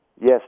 Yes